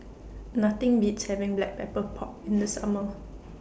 Nothing Beats having Black Pepper Pork in The Summer